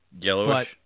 yellowish